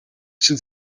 чинь